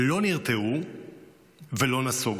לא נרתעו ולא נסוגו.